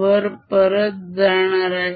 वर परत जाणार आहे